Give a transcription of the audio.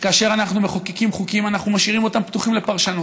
שכאשר אנחנו מחוקקים חוקים אנחנו משאירים אותם פתוחים לפרשנות.